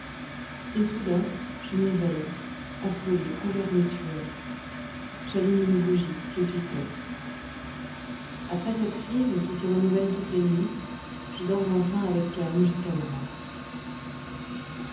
et soudain je m'éveille affolé couvert de sueur j'allume une bougie je suis seul après cette crise qui se renouvelle toutes les nuits je dors enfin avec calme jusqu'à l'aurore